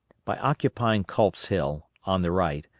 by occupying culp's hill, on the right,